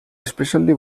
especially